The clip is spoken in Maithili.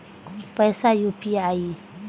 पैसा यू.पी.आई?